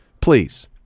please